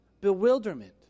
bewilderment